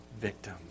victim